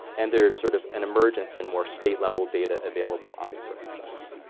and there's sort of an emergence and more state level data available on these sorts of things.